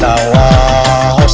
dollars